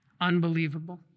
unbelievable